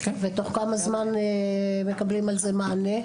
ותוך כמה זמן מקבלים על זה מענה?